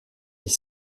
les